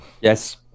Yes